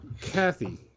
Kathy